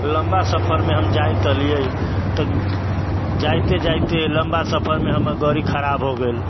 लम्बा सफरमे हम जाएत हलिऐ तऽ जाइते जाइते लम्बा सफरमे हमर गाड़ी खराब हो गेल